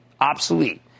obsolete